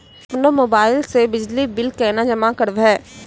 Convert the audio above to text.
अपनो मोबाइल से बिजली बिल केना जमा करभै?